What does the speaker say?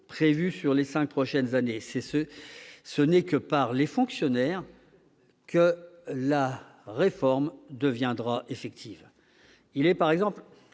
prévue sur les cinq prochaines années. Ce n'est que par les fonctionnaires que la réforme deviendra effective. Il est, par exemple,